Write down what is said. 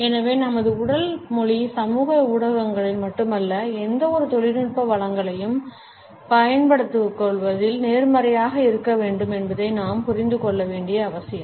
எனவே நமது உடல் மொழி சமூக ஊடகங்களில் மட்டுமல்ல எந்தவொரு தொழில்நுட்ப வளங்களையும் பயன்படுத்துவதில் நேர்மறையாக இருக்க வேண்டும் என்பதை நாம் புரிந்து கொள்ள வேண்டியது அவசியம்